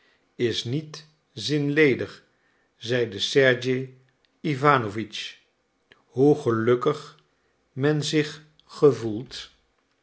is niet zinledig zeide sergej iwanowitsch hoe gelukkig men zich gevoelt